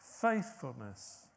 Faithfulness